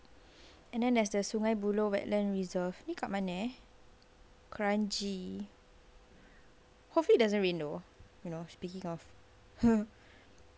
and then there's the sungei buloh wetland reserve need ini dekat mana eh kranji hopefully doesn't rain though you know speaking of